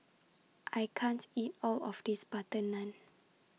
I can't eat All of This Butter Naan